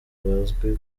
bazwi